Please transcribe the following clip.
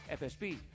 FSB